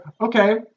okay